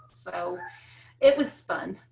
so it was fun.